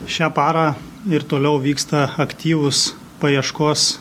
šią parą ir toliau vyksta aktyvūs paieškos